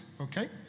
okay